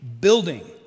Building